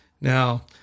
Now